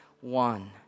One